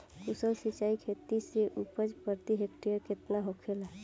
कुशल सिंचाई खेती से उपज प्रति हेक्टेयर केतना होखेला?